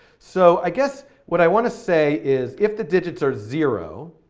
so, i guess what i want to say is, if the digits are zero,